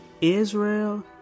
Israel